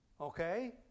Okay